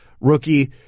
rookie